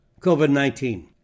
COVID-19